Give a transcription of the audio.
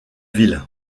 ville